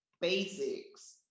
basics